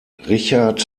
richard